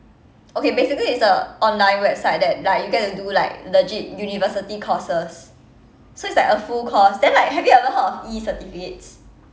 okay basically it's a online website that like you get to do like legit university courses so it's like a full course then like have you ever heard of E-certificates